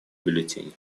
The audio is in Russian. бюллетени